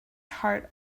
heart